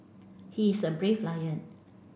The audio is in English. he is a brave lion